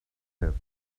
have